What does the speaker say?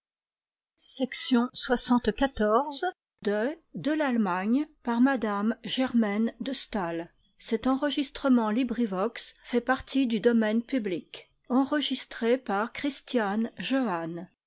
de m rt de